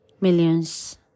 millions